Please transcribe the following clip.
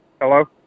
Hello